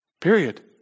Period